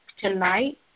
tonight